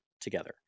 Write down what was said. together